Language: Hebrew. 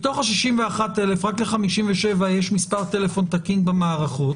מתוך ה-61,000 רק ל-57,000 יש מספר טלפון תקין במערכות